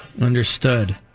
Understood